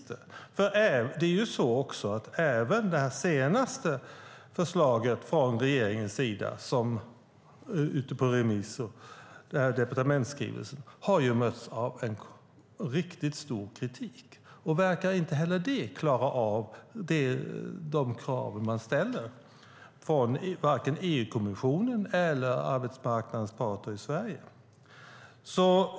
Även det senaste förslaget - departementsskrivelsen - från regeringens sida som är ute på remiss har mötts av riktigt stor kritik. Inte heller detta förslag verkar klara av de krav man ställer från vare sig EU-kommissionen eller arbetsmarknadens parter i Sverige.